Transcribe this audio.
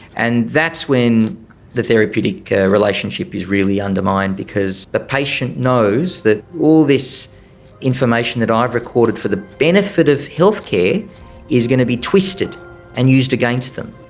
and that's when the therapeutic relationship is really undermined because the patient knows that all this information that i've recorded for the benefit of healthcare is going to be twisted and used against them.